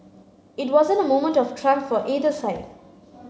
it wasn't a moment of triumph for either side